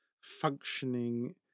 functioning